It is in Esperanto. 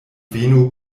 venu